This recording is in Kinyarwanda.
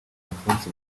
alphonse